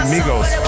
Migos